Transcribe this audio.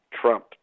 Trump